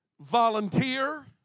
volunteer